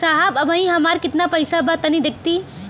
साहब अबहीं हमार कितना पइसा बा तनि देखति?